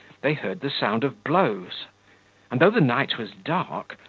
they heard the sound of blows and, though the night was dark,